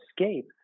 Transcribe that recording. escape